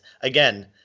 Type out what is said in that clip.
again